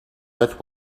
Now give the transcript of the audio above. but